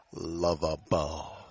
lovable